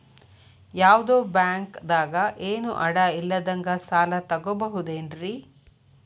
ಯಾವ್ದೋ ಬ್ಯಾಂಕ್ ದಾಗ ಏನು ಅಡ ಇಲ್ಲದಂಗ ಸಾಲ ತಗೋಬಹುದೇನ್ರಿ?